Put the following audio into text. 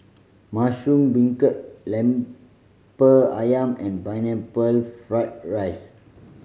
mushroom beancurd Lemper Ayam and Pineapple Fried rice